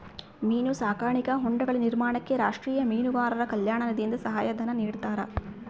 ಮೀನು ಸಾಕಾಣಿಕಾ ಹೊಂಡಗಳ ನಿರ್ಮಾಣಕ್ಕೆ ರಾಷ್ಟೀಯ ಮೀನುಗಾರರ ಕಲ್ಯಾಣ ನಿಧಿಯಿಂದ ಸಹಾಯ ಧನ ನಿಡ್ತಾರಾ?